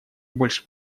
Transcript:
больше